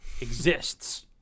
exists